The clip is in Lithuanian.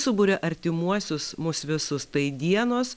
suburia artimuosius mus visus tai dienos